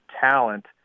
talent